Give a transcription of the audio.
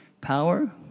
power